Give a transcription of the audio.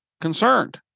concerned